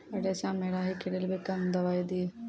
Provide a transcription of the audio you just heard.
रेचा मे राही के रेलवे कन दवाई दीय?